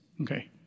Okay